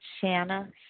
Shanna